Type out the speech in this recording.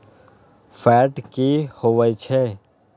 Fat की होवछै?